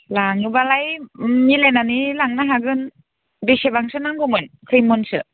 लाङोबालाय मिलायनानै लांनो हागोन बेसेबांसो नांगौमोन खैमनसो